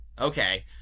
okay